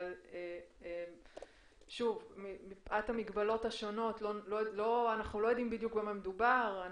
אבל מפאת המגבלות השונות אנחנו לא יודעים בדיוק במה מדובר אבל